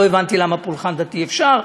לא הבנתי למה בפולחן דתי אפשר.